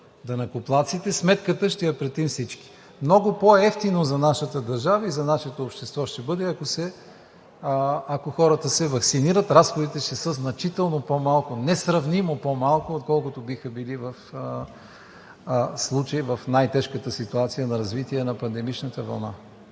данъкоплатците. Сметката ще я платим всички. Много по-евтино за нашата държава и за нашето общество ще бъде, ако хората се ваксинират. Разходите ще са значително по-малко, несравнимо по-малко, отколкото биха били в случай на най-тежката ситуация на развитие на пандемичната вълна.